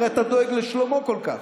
הרי אתה דואג לשלומו כל כך.